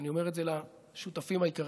אני אומר את זה לשותפים העיקריים,